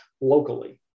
locally